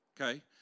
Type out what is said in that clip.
Okay